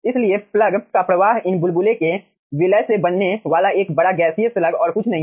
इसलिए प्लग का प्रवाह इन बुलबुले के विलय से बनने वाला एक बड़ा गैसीय स्लग और कुछ नहीं है